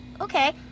okay